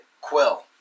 Quill